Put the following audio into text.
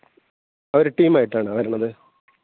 അവർ ടീമായിട്ടാണോ വരുന്നത്